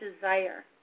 desire